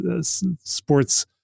sports